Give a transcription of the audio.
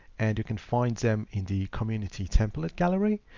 and you can find them in the community template gallery,